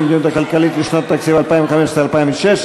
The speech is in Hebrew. המדיניות הכלכלית לשנות התקציב 2015 ו-2016),